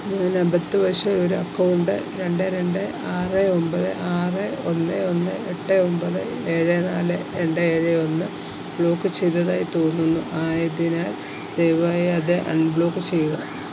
ഞാൻ അബദ്ധവശാൽ ഒരു അക്കൗണ്ട് രണ്ട് രണ്ട് ആറ് ഒമ്പത് ആറ് ഒന്ന് ഒന്ന് എട്ട് ഒമ്പത് ഏഴ് നാല് രണ്ട് ഏഴ് ഒന്ന് ബ്ലോക്ക് ചെയ്തതായി തോന്നുന്നു ആയതിനാൽ ദയവായി അത് അൺബ്ലോക്ക് ചെയ്യുക